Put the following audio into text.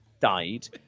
died